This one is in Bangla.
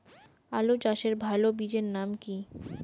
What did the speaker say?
আলু চাষের ভালো বীজের নাম কি?